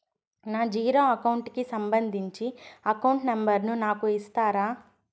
నా zero account కి సంబంధించి అకౌంట్ నెంబర్ ను నాకు ఇస్తారా